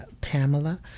Pamela